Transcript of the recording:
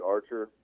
Archer